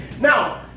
Now